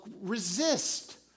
resist